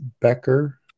Becker